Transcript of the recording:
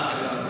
אה, הבנתי.